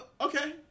Okay